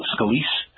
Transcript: Scalise